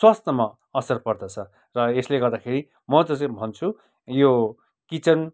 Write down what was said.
स्वास्थ्यमा असर पर्दछ र यसले गर्दाखेरि म त यो भन्छु यो किचन